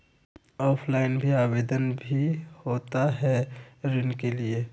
Offline भी आवेदन भी होता है ऋण के लिए?